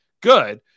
good